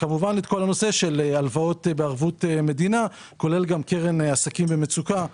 בין אם זה הנושא של הלוואות בערבות מדינה כולל קרן לעסקים במצוקה.